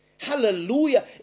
Hallelujah